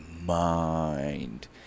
mind